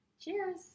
Cheers